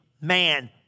man